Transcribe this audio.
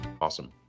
Awesome